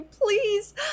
please